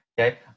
okay